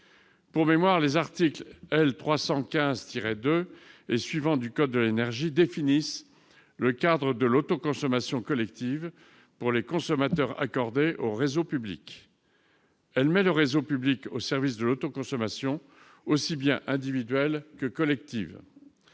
Pour mémoire, les articles L. 315-2 et suivants du code de l'énergie définissent le cadre de l'autoconsommation collective pour les consommateurs raccordés au réseau public. La création de cette nouvelle catégorie mettrait le réseau public au service de l'autoconsommation, aussi bien individuelle que collective.